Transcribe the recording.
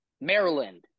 Maryland